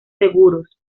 seguros